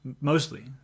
Mostly